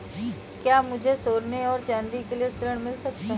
क्या मुझे सोने और चाँदी के लिए ऋण मिल सकता है?